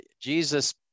Jesus